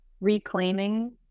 reclaiming